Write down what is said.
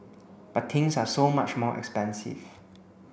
but things are so much more expensive